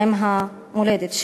עם המולדת שלי.